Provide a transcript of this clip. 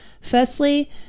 Firstly